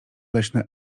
leśne